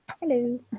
hello